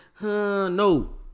No